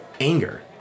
anger